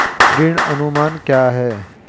ऋण अनुमान क्या है?